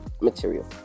material